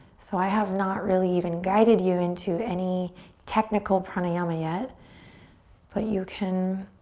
so i have not really even guided you into any technical pranayama yet but you can